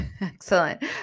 Excellent